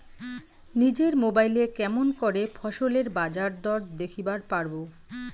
নিজের মোবাইলে কেমন করে ফসলের বাজারদর দেখিবার পারবো?